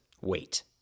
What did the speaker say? wait